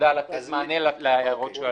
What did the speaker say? שנועדה לתת מענה להערות שעלו כאן.